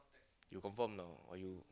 you confirm or not or you